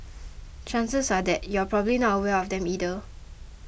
chances are that you're probably not aware of them either